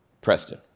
Preston